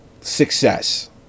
success